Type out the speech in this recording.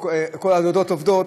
כל הדודות עובדות,